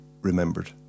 remembered